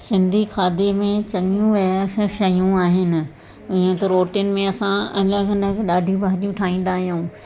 सिंधी खाधे में चङियूं ऐं श शयूं आहिनि ईअं त रोटियुनि में असां अलॻि अलॻि ॾाढी भाॼियूं ठाहींदा आहियूं